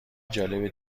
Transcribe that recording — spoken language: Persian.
جالب